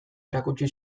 erakutsi